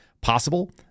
possible